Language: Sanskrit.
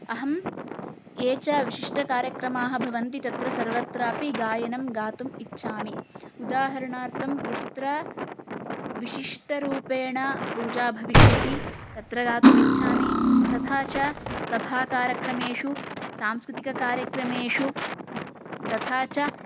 अहं ये च विशिष्टकार्यक्रमाः भवन्ति तत्र सर्वत्रापि गायनं गातुम् इच्छामि उदाहरणार्थं यत्र विशिष्टरूपेण पूजा भविष्यति तत्र गातुम् इच्छामि तथा च सभाकार्यक्रमेषु सांस्कृतिककार्यक्रमेषु तथा च